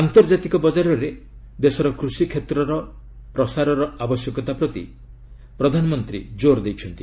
ଆନ୍ତର୍ଜାତିକ ବଜାରରେ ଦେଶର କୃଷିକ୍ଷେତ୍ରର ପ୍ରସାରର ଆବଶ୍ୟକତା ପ୍ରତି ପ୍ରଧାନମନ୍ତ୍ରୀ ଜୋର ଦେଇଛନ୍ତି